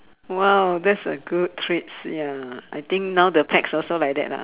!wow! that's a good treats ya I think now the pets also like that lah